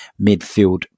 midfield